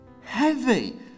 heavy